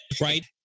right